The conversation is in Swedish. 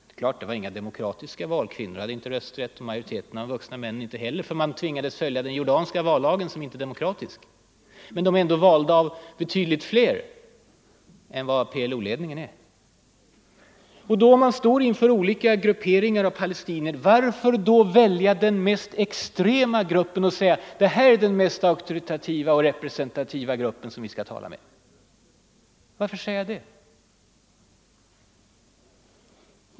Det var visserligen inga demokratiska val på Västbanken — kvinnorna hade inte rösträtt och inte heller majoriteten av de vuxna männen, eftersom man tvingades följa den jordanska vallagen som inte är demokratisk. Men de är ändå valda av betydligt fler än vad PLO-ledningen är. Och om man står inför olika grupperingar av palestinier: Varför då välja den mest extrema gruppen? Varför säga att PLO är den mest auktoritativa och representativa gruppen?